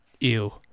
Ew